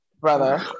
brother